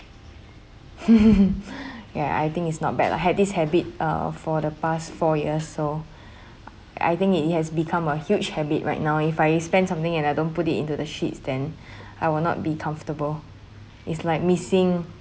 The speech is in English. ya I think it's not bad I had this habit uh for the past four years so I think it it has become a huge habit right now if I spend something and I don't put it into the sheets then I will not be comfortable it's like missing